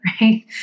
right